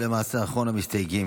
אחרון המסתייגים,